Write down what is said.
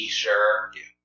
sure